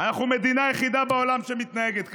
אנחנו המדינה היחידה בעולם שמתנהגת ככה.